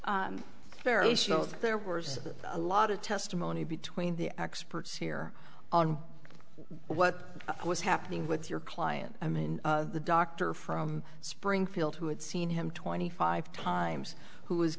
so there was a lot of testimony between the experts here on what was happening with your client i mean the doctor from springfield who had seen him twenty five times who